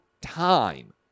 time